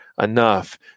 enough